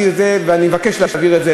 ומבקש להעביר את זה